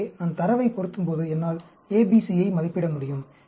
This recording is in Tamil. எனவே நான் தரவைப் பொருத்தும்போது என்னால் A B C ஐ மதிப்பிட முடியும்